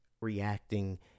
reacting